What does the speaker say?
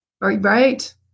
Right